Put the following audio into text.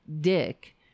dick